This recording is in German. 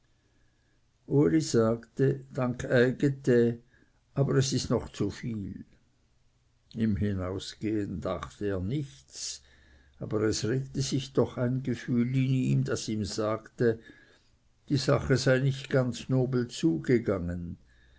uli sagte dankeiget de aber es ist noch zviel im hinausgehen dachte er nichts aber es regte sich doch ein gefühl in ihm das ihm sagte die sache sei nicht ganz nobel zugegangen